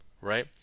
right